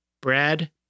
Brad